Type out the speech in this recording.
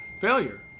Failure